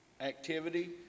activity